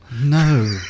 No